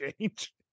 change